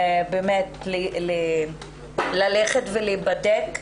באמת, ללכת ולהיבדק.